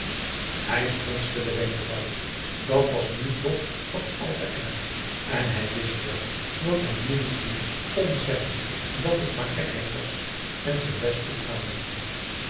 hij fronste de wenkbrauwen dat was nu toch wat al te erg en hij wist wel dat hij nu niet meer kon zeggen dat t maar gekheid was en ze best toekwamen